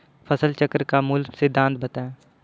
फसल चक्र का मूल सिद्धांत बताएँ?